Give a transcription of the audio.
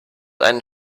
einen